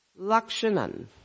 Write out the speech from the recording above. lakshanan